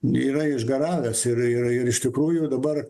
yra išgaravęs ir ir ir iš tikrųjų dabar